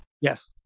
Yes